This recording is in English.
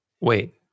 wait